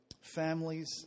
families